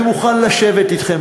אני מוכן לשבת אתכם,